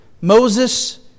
Moses